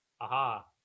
aha